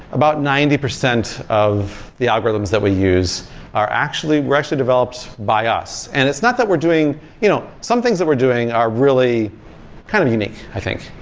about ninety percent of the algorithms that we use are actually were actually developed by us. and it's not that we're doing you know some things that we're doing are really kind of unique, i think.